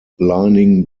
lining